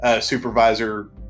supervisor